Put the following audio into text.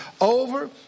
over